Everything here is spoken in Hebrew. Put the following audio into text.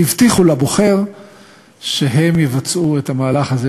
הבטיחו לבוחר שהם יבצעו את המהלך הזה,